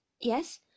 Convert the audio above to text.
Yes